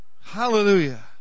Hallelujah